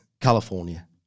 California